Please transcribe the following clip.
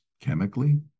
chemically